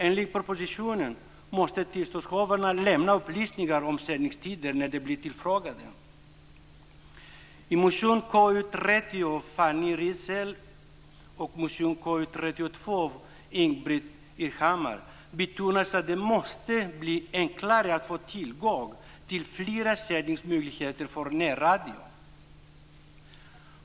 Enligt propositionen måste tillståndshavarna lämna upplysningar om sändningstider när de blir tillfrågade.